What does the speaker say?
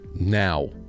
now